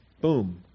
boom